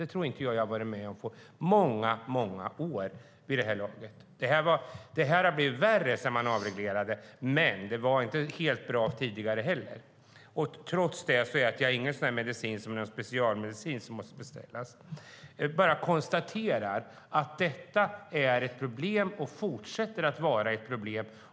Det tror jag inte att jag varit med om på många år vid det här laget. Det här har blivit värre sedan man avreglerade, men det var inte helt bra tidigare heller, trots att jag inte har någon specialmedicin som måste beställas. Jag bara konstaterar att detta är och fortsätter att vara ett problem.